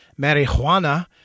marijuana